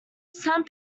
some